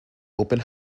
open